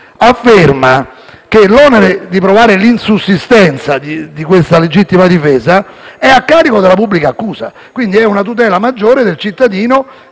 afferma che l'onere di provare l'insussistenza della legittima difesa è a carico della pubblica accusa. È una tutela maggiore del cittadino